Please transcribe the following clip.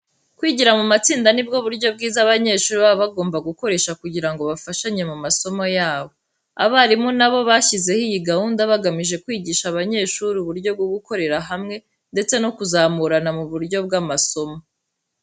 Kwigira mu matsinda ni bwo buryo bwiza abanyeshuri baba bagomba gukoresha kugira ngo bafashanye mu masomo yabo. Abarimu na bo bashyizeho iyi gahunda bagamije kwigisha abanyeshuri uburyo bwo gukorera hamwe ndetse no kuzamurana mu buryo bw'amasomo.